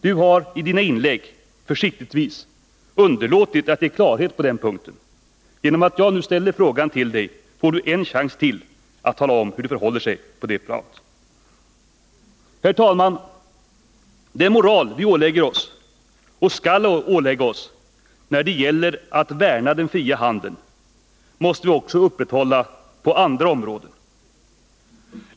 Du har i dina inlägg försiktigt underlåtit att ge klarhet på den punkten. Genom att jag nu ställer frågan till dig får du en chans till att tala om hur det förhåller sig på det planet. Fru talman! Den moral vi ålägger oss — och skall ålägga oss — när det gäller att värna den fria handeln måste vi också upprätthålla på andra områden.